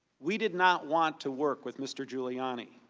we did not want to work with mr. giuliani.